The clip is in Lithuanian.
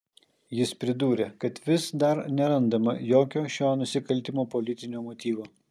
jis pridūrė kad vis dar nerandama jokio šio nusikaltimo politinio motyvo